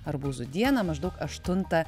arbūzų dieną maždaug aštuntą